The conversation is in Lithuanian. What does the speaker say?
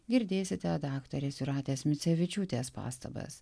girdėsite daktarės jūratės micevičiūtės pastabas